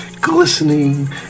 glistening